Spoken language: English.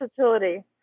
versatility